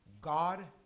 God